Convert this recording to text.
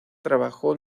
trabajó